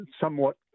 somewhat